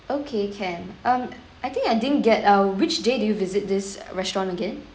okay can um I think I didn't get uh which day did you visit this restaurant again